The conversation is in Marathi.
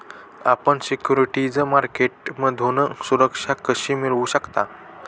आपण सिक्युरिटीज मार्केटमधून सुरक्षा कशी मिळवू शकता?